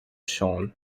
sean